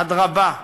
אדרבה,